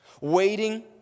Waiting